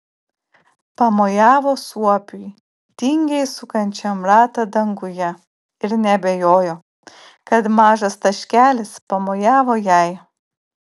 pamojavo suopiui tingiai sukančiam ratą danguje ir neabejojo kad mažas taškelis pamojavo jai